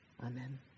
Amen